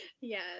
yes